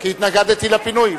כי התנגדתי לפינוי.